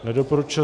Nedoporučil.